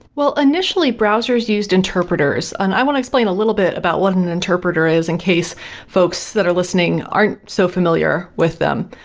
well, initially, browsers used interpreters and i want to explain a little bit about what an interpreter is in case folks that are listening aren't so familiar with them.